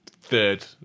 third